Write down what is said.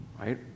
Right